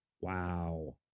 Wow